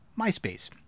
MySpace